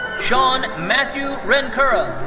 sean matthew rencurrell.